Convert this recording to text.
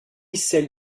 celle